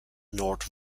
north